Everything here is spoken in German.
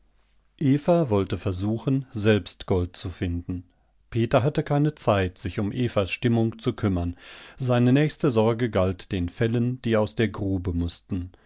eva wollte versuchen selbst gold zu finden peter hatte keine zeit sich um evas stimmung zu kümmern seine nächste sorge galt den fellen die aus der grube mußten